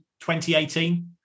2018